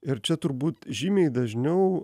ir čia turbūt žymiai dažniau